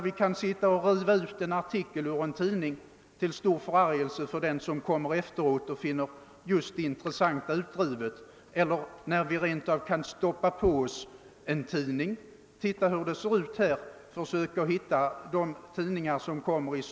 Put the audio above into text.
Vi kan t.ex. riva ut en artikel ur en tidning, till stor förargelse för den som senare skall läsa tidningen och finner just det in tressanta utrivet. Ja, vi kan rent av stoppa på oss en tidning. Se efter hur det är när kammarledamöterna åtskilts kl.